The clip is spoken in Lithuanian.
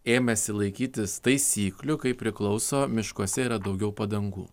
ėmėsi laikytis taisyklių kaip priklauso miškuose yra daugiau padangų